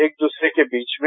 एक दूसरे के बीच में